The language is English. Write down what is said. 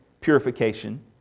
purification